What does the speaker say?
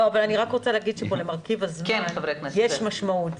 אני רק רוצה להגיד שלמרכיב הזמן יש משמעות.